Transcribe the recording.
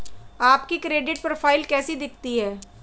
आपकी credit profile कैसी दिखती है?